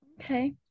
okay